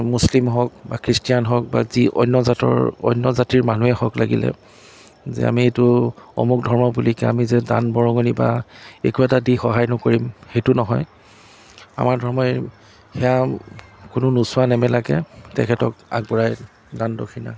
মুছলিম হওক বা খ্ৰীষ্টিয়ান হওক বা যি অন্য জাতৰ অন্য জাতিৰ মানুহেই হওক লাগিলে যে আমি এইটো অমোক ধৰ্মৰ বুলিকে আমি যে দান বৰঙণি বা একো এটা দি সহায় নকৰিম সেইটো নহয় আমাৰ ধৰ্মই সেয়া কোনো নোচোৱা নেমেলাকৈ তেখেতক আগবঢ়ায় দান দক্ষিণা